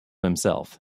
himself